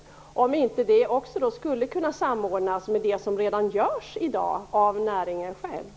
Skulle inte denna kunna samordnas med det som redan i dag görs av näringen självt?